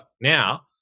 now